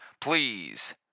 Please